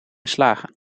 slagen